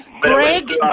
Greg